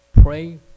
pray